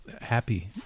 happy